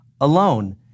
alone